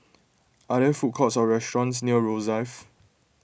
are there food courts or restaurants near Rosyth